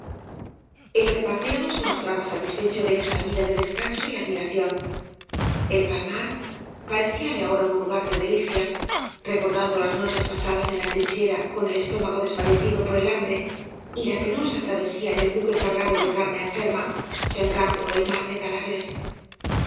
el repatriado se mostraba satisfecho de esta vida de descanso y admiración el palmar parecíale ahora un lugar de delicias recordando las noches pasadas en la trinchera con el estómago desfallecido por el hambre y la penosa travesía en el buque cargado de carne enferma sembrando el mar de cadáveres